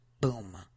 Boom